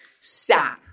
Stop